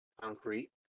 concrete